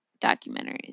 documentaries